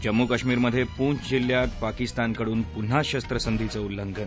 जम्मू कश्मीरमधे पुंछ जिल्ह्यात पाकिस्तानकडून पुन्हा शस्त्रसंधीचं उल्लंघन